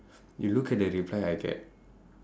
you look at the reply I get